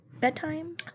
bedtime